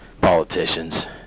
Politicians